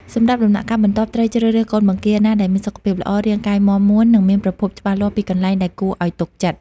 សម្រាប់ដំណាក់កាលបន្ទាប់ ត្រូវជ្រើសរើសកូនបង្គាណាដែលមានសុខភាពល្អ រាងកាយមាំមួន និងមានប្រភពច្បាស់លាស់ពីកន្លែងដែលគួរឲ្យទុកចិត្ត។